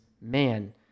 man